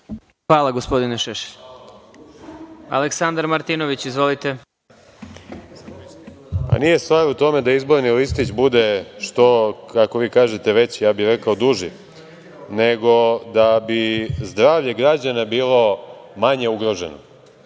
Martinović. Izvolite. **Aleksandar Martinović** Nije stvar u tome da izborni listić bude što, kako vi kažete, veći, a ja bih rekao duži, nego da bi zdravlje građana bilo manje ugroženo.